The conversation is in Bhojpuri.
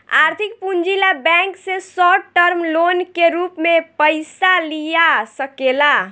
आर्थिक पूंजी ला बैंक से शॉर्ट टर्म लोन के रूप में पयिसा लिया सकेला